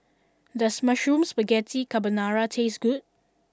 does Mushroom Spaghetti Carbonara taste good